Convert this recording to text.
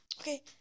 Okay